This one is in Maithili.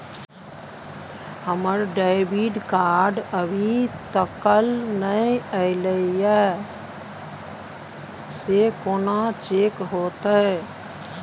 हमर डेबिट कार्ड अभी तकल नय अयले हैं, से कोन चेक होतै?